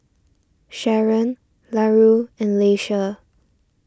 Sharon Larue and Leisha